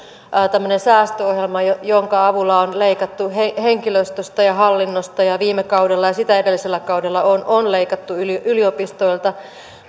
säästöohjelma jonka avulla on leikattu henkilöstöstä ja hallinnosta ja viime kaudella ja sitä edellisellä kaudella on on leikattu yliopistoilta